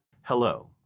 Hello